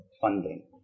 funding